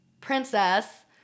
princess